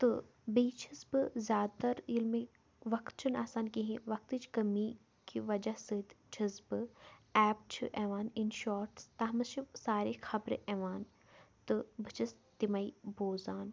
تہٕ بیٚیہِ چھَس بہٕ زیادٕ تَر ییٚلہِ مےٚ وَقت چھُنہٕ آسان کِہیٖنۍ وَقتٕچ کٔمی کہِ وَجہ سۭتۍ چھَس بہٕ ایپ چھِ یِوان اِن شاٹٕس تَتھ منٛز چھِ سارے خَبرٕ یِوان تہٕ بہٕ چھَس تِمَے بوزان